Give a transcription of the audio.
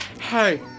Hey